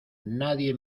nadie